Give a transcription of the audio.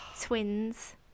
twins